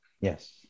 yes